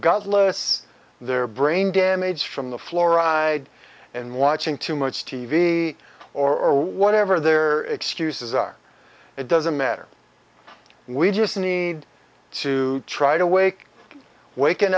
godless their brain damage from the fluoride and watching too much t v or whatever their excuses are it doesn't matter we just need to try to wake wak